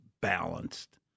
balanced